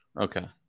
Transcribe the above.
okay